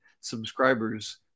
subscribers